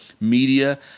media